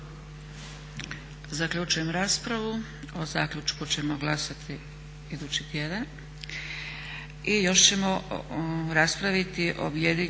Zaključujem raspravu. O zaključku ćemo glasati idući tjedan.